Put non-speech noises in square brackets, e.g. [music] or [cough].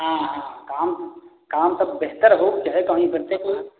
हाँ हाँ काम काम तो बेहतर हो के चाहे तो वहीं [unintelligible] कोई